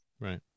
right